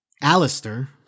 Alistair